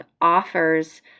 offers